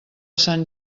sant